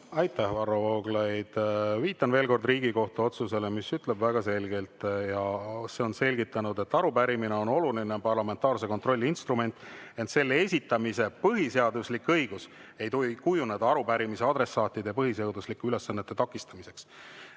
Aitäh, Varro Vooglaid! Viitan veel kord Riigikohtu otsusele, mis ütleb väga selgelt ja selgitab, et arupärimine on oluline parlamentaarse kontrolli instrument, ent selle esitamise põhiseaduslik õigus ei tohi kujuneda arupärimise adressaatide põhiseaduslike ülesannete [täitmise]